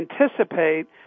anticipate